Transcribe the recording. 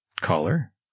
Caller